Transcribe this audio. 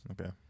Okay